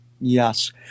Yes